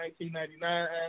1999